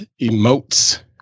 emotes